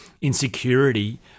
insecurity